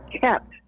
kept